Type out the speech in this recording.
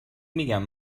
میگم